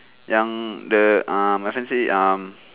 yang the um my friend say the um